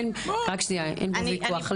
אין פה ויכוח.